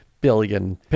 billion